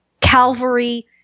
Calvary